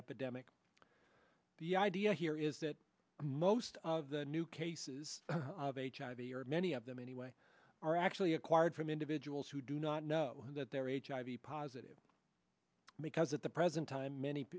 epidemic the idea here is that most of the new cases of hiv many of them anyway are actually acquired from individuals who do not know that they're a hiv positive because at the present time many